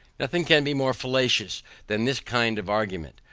nothing can be more fallacious than this kind of argument.